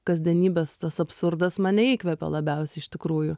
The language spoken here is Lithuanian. kasdienybės tas absurdas mane įkvepia labiausiai iš tikrųjų